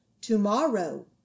Tomorrow